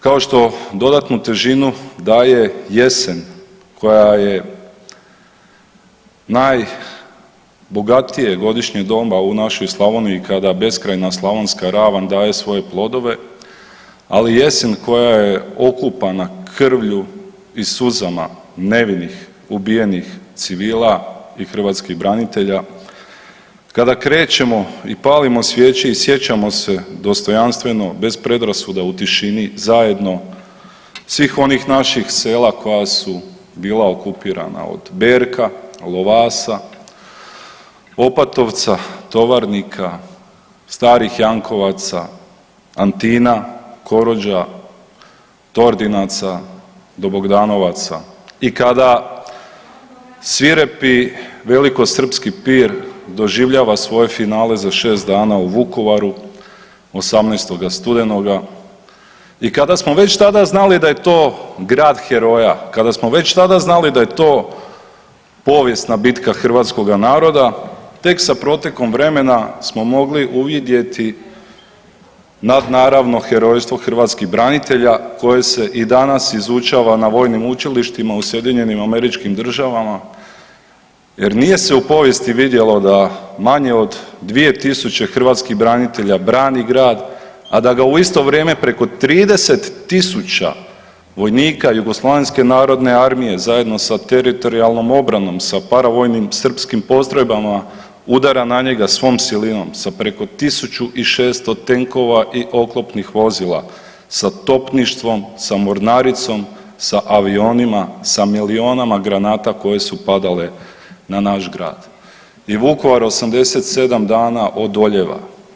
Kao što dodatnu težinu daje jesen koja je najbogatije godišnje doba u našoj Slavoniji kada beskrajna slavonska ravan daje svoje plodove, ali i jesen koja je okupana krvlju i suzama nevinih ubijenih civila i hrvatskih branitelja, kada krećemo i palimo svijeće i sjećamo se dostojanstveno bez predrasuda u tišini zajedno svih onih naših sela koja su bila okupirana od Berka, Lovasa, Opatovca, Tovarnika, Starih Jankovaca, Antina, Korođa, Tordinaca do Bogdanovaca i kada svirepi velikosrpski pir doživljava svoje finale za 6 dana u Vukovaru 18. studenoga i kada smo već tada znali da je to grad heroja, kada smo već tada znali da je to povijesna bitka hrvatskoga naroda tek sa protekom vremena smo mogli uvidjeti nadnaravno herojstvo hrvatskih branitelja koje se i danas izučava na vojnim učilištima u SAD-u jer nije se u povijesti vidjelo da manje od 2000 hrvatskih branitelja brani grad, a da ga u isto vrijeme preko 30.000 vojnika JNA zajedno sa teritorijalnom obranom, sa paravojnim srpskim postrojbama udara na njega svom silinom sa preko 1600 tenkova i oklopnih vozila, sa topništvom, sa mornaricom, sa avionima, sa milijunima granata koje su padale na naš grad i Vukovar 87 dana odoljeva.